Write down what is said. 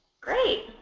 Great